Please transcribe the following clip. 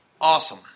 awesome